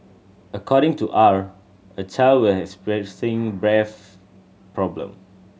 according to R a child was experiencing breath problem